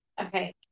Okay